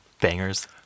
bangers